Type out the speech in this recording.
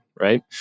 right